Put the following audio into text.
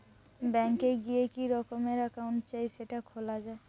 bank এ গিয়ে কি রকমের একাউন্ট চাই সেটা খোলা যায়